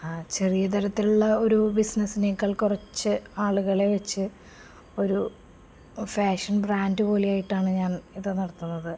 ചെറിയ തരത്തിലുള്ള ഒരു ബിസിനസ്സിനേക്കാൾ കുറച്ച് ആളുകളെ വെച്ച് ഒരു ഫാഷൻ ബ്രാൻഡ് പോലെ ആയിട്ടാണ് ഞാൻ ഇത് നടത്തുന്നത്